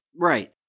right